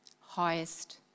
highest